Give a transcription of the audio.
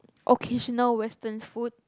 occasional western food